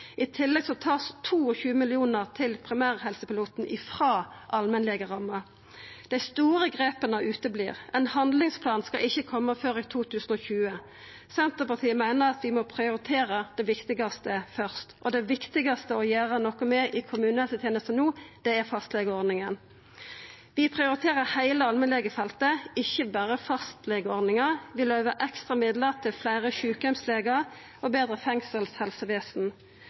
I tillegg vert det tatt 22 mill. kr til primærhelseteampiloten frå allmennlegeramma. Dei store grepa kjem ikkje. Ein handlingsplan skal ikkje koma før i 2020. Senterpartiet meiner at vi må prioritera det viktigaste først, og det viktigaste å gjera noko med i kommunehelsetenesta no er fastlegeordninga. Vi prioriterer heile allmennlegefeltet, ikkje berre fastlegeordninga. Vi løyver ekstra midlar til fleire sjukeheimslegar og betre fengselshelsevesen,